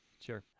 Sure